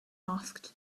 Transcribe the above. asked